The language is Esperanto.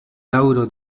daŭro